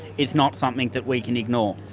it's not something that we can ignore.